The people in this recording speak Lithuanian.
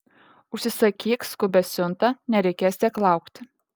užsisakyk skubią siuntą nereikės tiek laukti